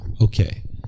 Okay